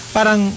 Parang